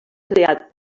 creat